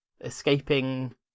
escaping